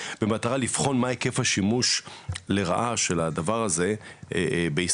במטרה לבחון מה היקף השימוש לרעה של הדבר הזה בישראל,